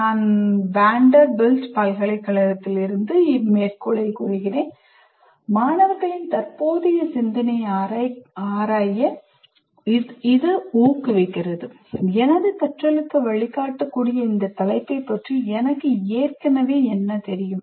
நான் Vanderbilt பல்கலைக்கழகத்தில் இருந்து மேற்கோள் காட்டுகிறேன் மாணவர்களின் தற்போதைய சிந்தனையை ஆராய ஊக்குவிக்கிறது எனது கற்றலுக்கு வழிகாட்டக்கூடிய இந்த தலைப்பைப் பற்றி எனக்கு ஏற்கனவே என்ன தெரியும்